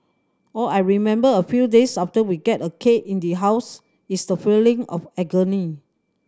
all I remember a few days after we get a cake in the house is the feeling of agony